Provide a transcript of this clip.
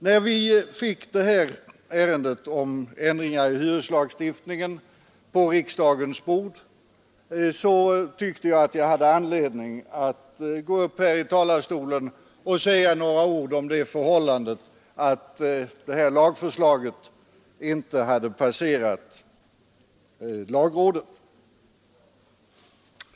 När detta ärende, som gäller ändringar i hyreslagstiftningen, kom på riksdagens bord tyckte jag att jag hade anledning att från kammarens talarstol säga några ord om det förhållandet, att lagförslaget inte hade passerat lagrådet.